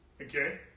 Okay